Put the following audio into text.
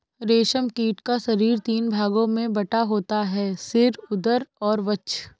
रेशम कीट का शरीर तीन भागों में बटा होता है सिर, उदर और वक्ष